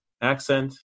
accent